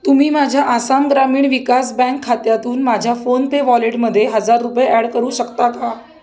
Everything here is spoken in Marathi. तुम्ही माझ्या आसाम ग्रामीण विकास बँक खात्यातून माझ्या फोनपे वॉलेटमध्ये हजार रुपये ॲड करू शकता का